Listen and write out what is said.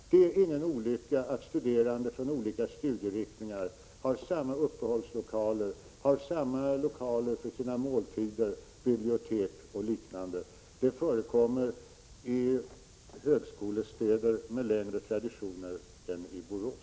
Det är ingen olycka att studerande med olika studieinriktningar har samma uppehållslokaler och lokaler för måltider, bibliotek m.m. Det förekommer i högskolestäder med längre traditioner än Borås.